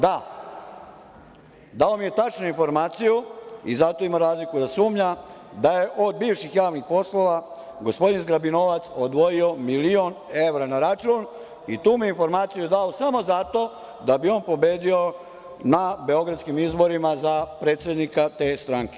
Da, dao mi je tačnu informaciju i zato je imao razlog da sumnja da je od bivših javnih poslova, gospodin „zgrabi novac“, odvojio milion evra na račun i tu mi je informaciju dao samo zato da bi on pobedio na beogradskim izborima za predsednika te stranke.